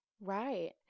Right